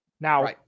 Now